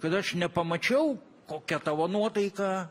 kad aš nepamačiau kokia tavo nuotaika